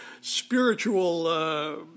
spiritual